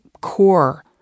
core